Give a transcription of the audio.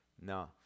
No